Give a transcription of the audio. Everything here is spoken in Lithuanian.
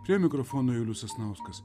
prie mikrofono julius sasnauskas